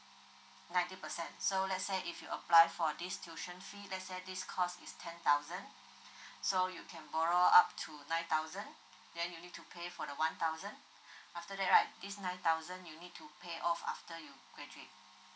ninety percent so let's say if you apply for this tuition fee let's say this course is ten thousand so you can borrow up to nine thousand then you need to pay for the one thousand after that right this nine thousand you need to pay off after you graduate